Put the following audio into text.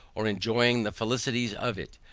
or enjoying the felicities of it.